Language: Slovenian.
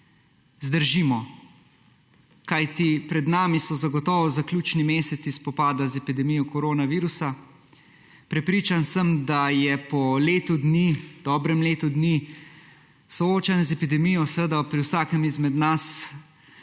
Zdržimo! Kajti pred nami so zagotovo zaključni meseci spopada z epidemijo koronavirusa. Prepričan sem, da so po dobrem letu dni soočanja z epidemijo pri vsakem izmed nas